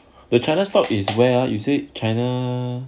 the china stock is where you said china